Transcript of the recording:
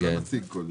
אולי נציג קודם.